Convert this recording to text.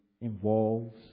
involves